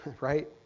right